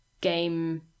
game